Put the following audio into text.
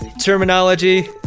terminology